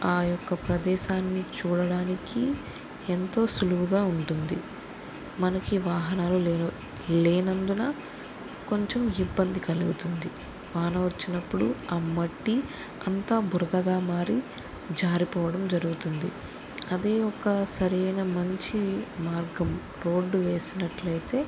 ఆ యొక్క ప్రదేశాన్ని చూడడానికి ఎంతో సులువుగా ఉంటుంది మనకి వాహనాలు లెవ్ లేనందున కొంచెం ఇబ్బంది కలుగుతుంది వాన వచ్చినప్పుడు ఆ మట్టి అంతా బురదగా మారి జారిపోవడం జరుగుతుంది అదే ఒక సరైన మంచి మార్గం రోడ్ వేసినట్లయితే